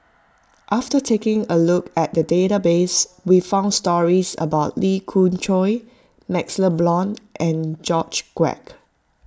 after taking a look at the database we found stories about Lee Khoon Choy MaxLe Blond and George Quek